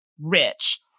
rich